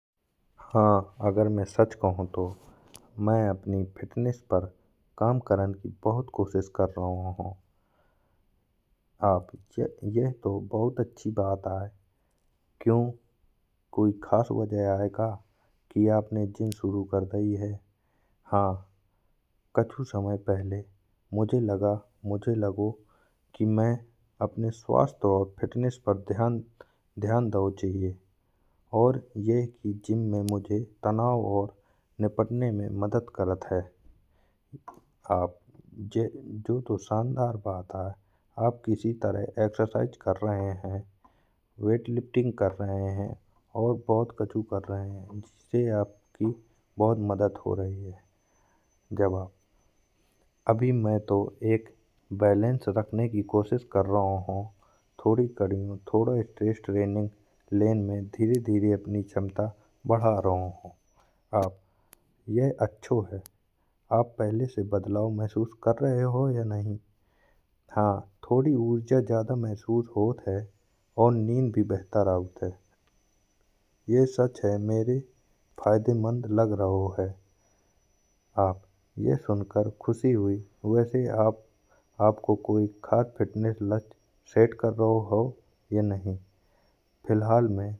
हाँ अगर मैं सच कहूँ तो मैं अपनी फिटनेस पर काम करन की बहुत कोशिश कर रहो हूँ। आप यह तो बहुत अच्छी बात आए क्यो कोई खास वजह आए का की आपने जिम शुरू कर दई है। हाँ कच्छु समय पहिले मुझे लगा मुझे लगो की मैं अपने स्वास्थ्य और फिटनेस पर ध्यान दाओ चाहिए और यह की जिम में मुझे तनाव और निपटने में मदद करता है। आप जो तो शानदार बात है आप किसी तरह एक्सरसाइज कर रहे हैं। वेट लिफ्टिंग कर रहे हैं और बहुत कच्छु कर रहे जिससे आपकी बहुत मदद हो रही है। जवाब अभी मैं तो एक बैलेंस रखने की कोशिश कर रहो हूँ। थोड़ी खादियो थोड़ी स्ट्रेस ट्रेनिंग लेन में धीरे धीरे अपनी क्षमता बढ़ा रहो हूँ। आप यह अच्छों है आप पहिले से बदलाव महसूस कर रहे हो या नहीं। हाँ थोड़ी ऊर्जा ज्यादा महसूस होत है और नींद भी बेहतर आऊत है। यह सच है मेरे फायदेमंद लग रहो है। आप यह सुनकर खुशी हुई वैसे आप आपको कोई खास फिटनेस लक्ष्य सेट कर रहो हो या नहीं। फिलहाल मैं फिर और स्वस्थ रहन के लाने में लक्ष्य लंबे समय तक स्टेमिना और ताकत का बेहतर बनाना चाहत